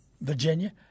Virginia